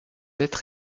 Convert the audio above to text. être